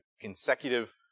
consecutive